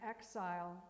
exile